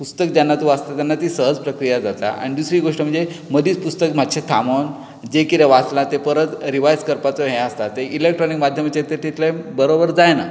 पुस्तक जेन्ना तूं वाचता तेन्ना ती सहज प्रक्रीया जाता आनी ती दुसरी गोष्ट म्हणजे मदींच पुस्तक मातशें थांबोवन जे कितें वाचलां ते परत रिवायज करपाचो हे आसता ते इलॅक्ट्रॉनीक माध्यमांत आमचें तें तितलें बरोबर जायना